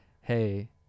hey